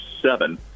seven